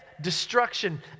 destruction